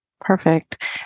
Perfect